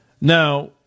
Now